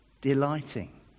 delighting